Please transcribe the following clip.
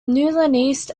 east